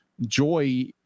joy